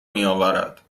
میاورد